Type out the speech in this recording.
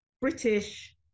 British